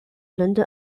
london